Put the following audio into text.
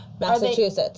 Massachusetts